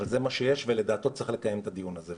אבל זה מה שיש ולדעתו צריך לקיים את הדיון הזה.